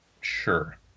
sure